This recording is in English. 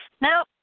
No